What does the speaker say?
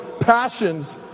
passions